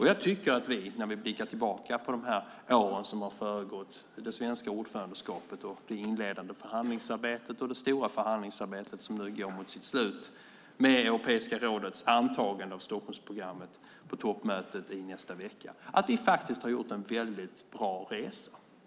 Jag tycker att vi när vi blickar tillbaka på åren som har föregått - det svenska ordförandeskapet, det inledande förhandlingsarbetet och det stora förhandlingsarbetet, som nu går mot sitt slut med Europeiska rådets antagande av Stockholmsprogrammet på toppmötet i nästa vecka - kan se att vi faktiskt har gjort en väldigt bra resa.